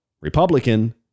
Republican